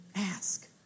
Ask